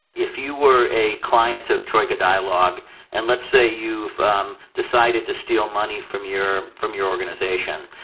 if you were a client of troika dialog and let's say you've um decided to steal money from your from your organization.